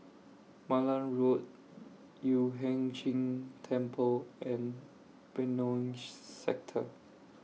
Malan Road Yueh Hai Ching Temple and Benoi Sector